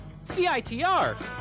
CITR